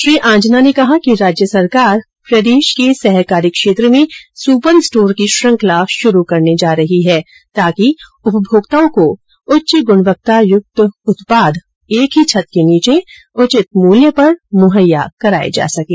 श्री आंजना ने कहा कि राज्य सरकार प्रदेश के सहकारी क्षेत्र में सुपर स्टोर की श्रंखला शुरू करने जा रही है ताकि उपभोक्ताओं को उच्च गुणवत्ता युक्त उत्पाद एक ही छत के नीचे उचित मुल्य पर मुहैया कराये जा सकें